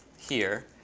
here,